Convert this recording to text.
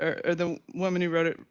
or the woman who wrote it,